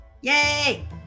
Yay